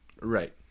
Right